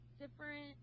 different